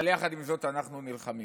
אבל יחד עם זאת אנחנו נלחמים,